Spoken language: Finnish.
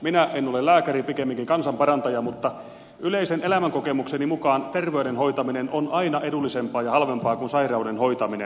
minä en ole lääkäri pikemminkin kansanparantaja mutta yleisen elämänkokemukseni mukaan terveyden hoitaminen on aina edullisempaa ja halvempaa kuin sairauden hoitaminen